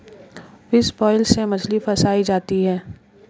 fish wheel से मछली फँसायी जाती है